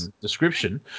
description